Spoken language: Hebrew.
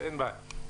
אין בעיה.